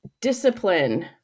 discipline